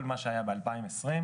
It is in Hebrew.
יש לפעמים חילוקי דעות,